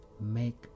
Make